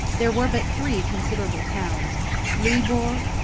there were but three considerable towns louisbourg,